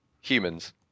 Humans